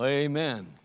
Amen